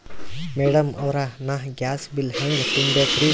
Madam ಅವ್ರ, ನಾ gas bill ಹೆಂಗ ತುಂಬಾ ಬೇಕ್ರಿ?